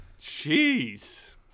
Jeez